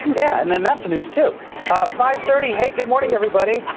yeah and then that's news to five thirty hey good morning, everybody.